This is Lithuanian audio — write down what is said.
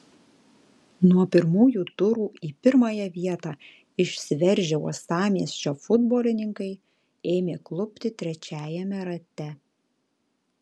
nuo pirmųjų turų į pirmąją vietą išsiveržę uostamiesčio futbolininkai ėmė klupti trečiajame rate